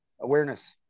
Awareness